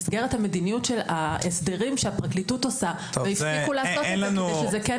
המדיניות של ההסדרים שהפרקליטות עושה והפסיקו לעשות את זה כדי שזה כן